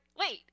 wait